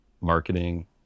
marketing